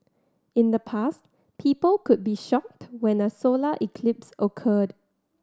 in the past people could be shocked when a solar eclipse occurred